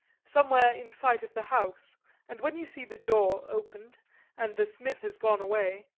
somewhere in sight of the house and when you see the door opened and the smith has gone away,